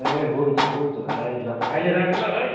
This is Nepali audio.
ए हुन्छ हुन्छ भाइ ल अहिले राखेँ ल भाइ